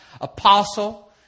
apostle